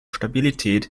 stabilität